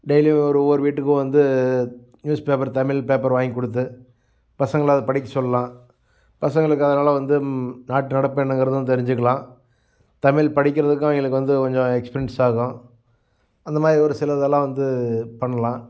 டெய்லியும் ஒரு ஒவ்வொரு வீட்டுக்கும் வந்து நியூஸ் பேப்பர் தமிழ் பேப்பர் வாங்கி கொடுத்து பசங்களை அதை படிக்க சொல்லலாம் பசங்களுக்கு அதனால் வந்து நாட்டு நடப்பு என்னங்கிறதும் தெரிஞ்சிக்கலாம் தமிழ் படிக்கிறதுக்கும் அவங்களுக்கு வந்து கொஞ்சம் எக்ஸ்பீரியன்ஸ் ஆகும் அந்த மாதிரி ஒரு சிலதெல்லாம் வந்து பண்ணலாம்